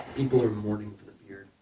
people are mourning for